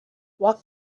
what